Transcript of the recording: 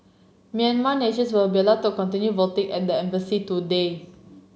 Myanmar nationals will be allowed to continue voting at the embassy today